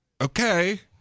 Okay